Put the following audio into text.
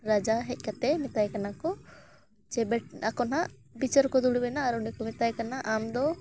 ᱨᱟᱡᱟ ᱦᱮᱡ ᱠᱟᱛᱮᱫ ᱢᱮᱛᱟᱭ ᱠᱟᱱᱟ ᱠᱚ ᱡᱮ ᱟᱠᱚ ᱱᱟᱦᱟᱸᱜ ᱵᱤᱪᱟᱹᱨ ᱠᱚ ᱫᱩᱲᱩᱵ ᱮᱱᱟ ᱟᱨ ᱚᱸᱰᱮ ᱠᱚ ᱢᱮᱛᱟᱭ ᱠᱟᱱᱟ ᱟᱢ ᱫᱚ